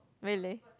really